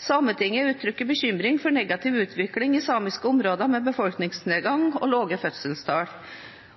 Sametinget uttrykker bekymring for negativ utvikling i samiske områder med befolkningsnedgang og lave fødselstall.